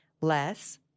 less